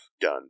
done